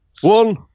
One